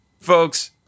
folks